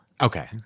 Okay